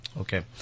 Okay